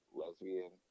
lesbian